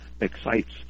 excites